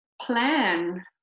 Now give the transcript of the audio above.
plan